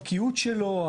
הבקיאות שלו,